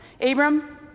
Abram